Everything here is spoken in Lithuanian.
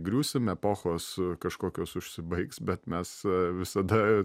griūsim epochos kažkokios užsibaigs bet mes visada